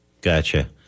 Gotcha